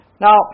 Now